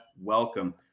welcome